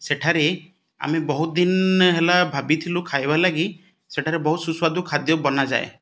ସେଠାରେ ଆମେ ବହୁତ ଦିନ ହେଲା ଭାବିଥିଲୁ ଖାଇବା ଲାଗି ସେଠାରେ ବହୁତ ସୁସ୍ୱାଦୁ ଖାଦ୍ୟ ବନାଯାଏ